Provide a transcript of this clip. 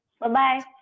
Bye-bye